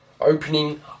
opening